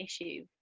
issue